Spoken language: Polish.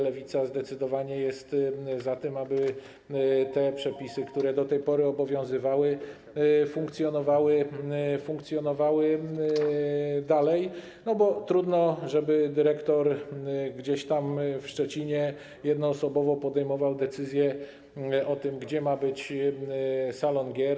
Lewica zdecydowanie jest za tym, żeby te przepisy, które do tej pory obowiązywały, funkcjonowały dalej, bo trudno, żeby dyrektor gdzieś tam w Szczecinie jednoosobowo podejmował decyzję o tym, gdzie ma być salon gier.